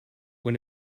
when